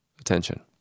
attention